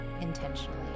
intentionally